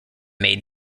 made